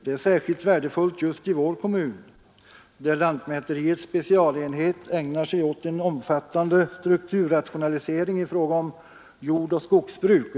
Det är särskilt värdefullt i vår kommun, där lantmäteriets specialenhet ägnar sig åt en omfattande strukturrationalisering inom jordoch skogsbruk.